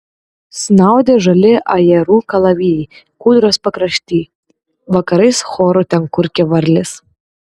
snaudė žali ajerų kalavijai kūdros pakrašty vakarais choru ten kurkė varlės